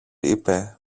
είπε